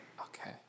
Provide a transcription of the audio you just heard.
Okay